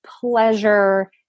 pleasure